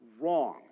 Wrong